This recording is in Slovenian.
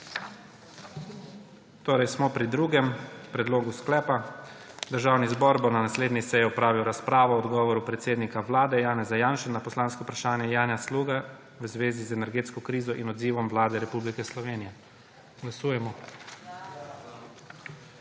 torej pri drugem predlogu sklepa: Državni zbor bo na naslednji seji opravil razpravo o odgovoru predsednika Vlade Janeza Janše na poslansko vprašanje Janje Sluga v zvezi energetsko krizo in odzivom Vlade Republike Slovenije. Glasujemo.